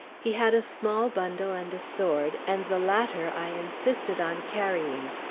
he had a small bundle and a sword, and the latter i insisted on carrying.